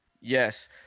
Yes